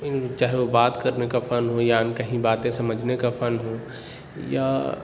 چاہے وہ بات کرنے کا فن ہو یا کہیں باتیں سمجھنے کا فن ہو یا